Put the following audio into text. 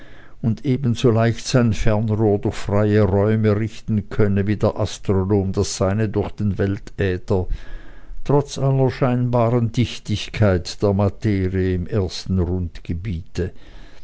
und ebenso leicht sein fernrohr durch freie räume richten könnte wie der astronom das seine durch den weltäther trotz aller scheinbaren dichtigkeit der materie im erstern